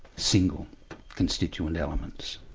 single constituent elements.